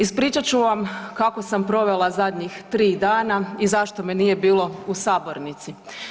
Ispričat ću vam kako sam provela zadnjih tri dana i zašto me nije bilo u sabornici.